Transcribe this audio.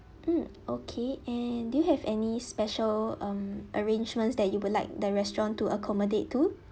mm okay and do you have any special um arrangements that you would like the restaurant to accommodate to